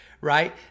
right